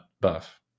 buff